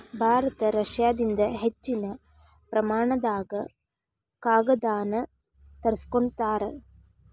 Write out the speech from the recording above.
ಭಾರತ ರಷ್ಯಾದಿಂದ ಹೆಚ್ಚಿನ ಪ್ರಮಾಣದಾಗ ಕಾಗದಾನ ತರಸ್ಕೊತಾರ